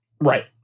Right